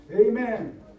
Amen